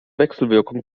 wechselwirkung